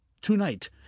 To-night